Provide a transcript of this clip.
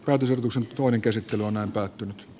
päätösehdotuksen toinen käsittely on maailmalle